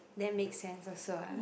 that makes sense also ah